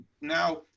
now